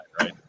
right